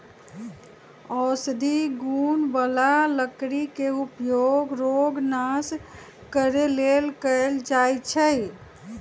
औषधि गुण बला लकड़ी के उपयोग रोग नाश करे लेल कएल जाइ छइ